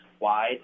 wide